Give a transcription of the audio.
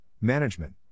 management